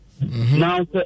now